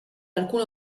alcune